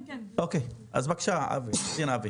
אז בבקשה אבי.